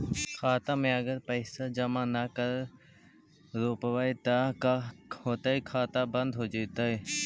खाता मे अगर पैसा जमा न कर रोपबै त का होतै खाता बन्द हो जैतै?